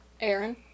Aaron